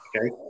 Okay